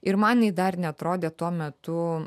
ir man ji dar neatrodė tuo metu